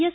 S